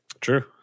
true